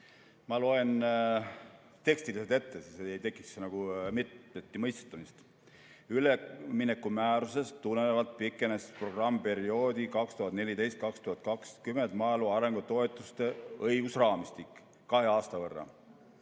Ma loen teksti ette, et ei tekiks mitmeti mõistmist: "Üleminekumäärusest tulenevalt pikenes programmiperioodi 2014–2020 maaelu arengu toetuste õigusraamistik kahe aasta võrra.